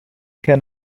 كان